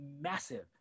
massive